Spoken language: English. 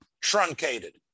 truncated